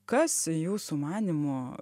kas jūsų manymu